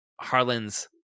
Harlan's